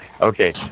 Okay